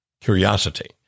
curiosity